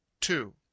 Two